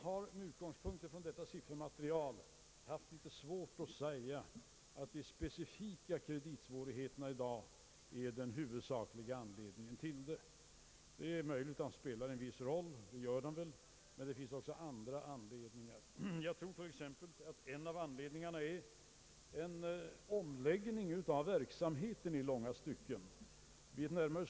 Med utgångspunkt från detta siffermaterial har jag svårt att säga att de specifika kreditsvårigheterna i dag är den huvudsakliga anledningen till ökningen av konkursernas antal. Det är möjligt att kreditsvårigheterna spelar en viss roll, men det finns också andra anledningar. Jag tror t.ex. att en av anledningarna är den strukturomläggning av verksamheten som pågår i många branscher.